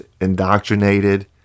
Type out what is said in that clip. indoctrinated